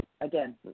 again